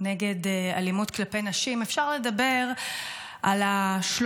נגד אלימות כלפי נשים אפשר לדבר על 30